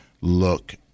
look